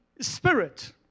Spirit